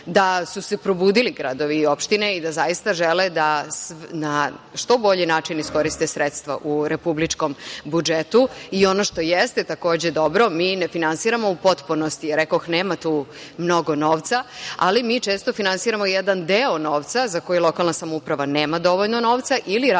da su se probudili gradovi i opštine i da zaista žele da na što bolji način iskoriste sredstva u republičkom budžetu. I ono što jeste takođe dobro mi ne finansiramo u potpunosti, rekoh nema tu mnogo novca, ali mi često finansiramo jedan deo novca za koji lokalna samouprava nema dovoljno novca ili radimo